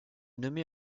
nommé